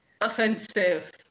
offensive